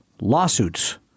lawsuits